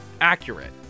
accurate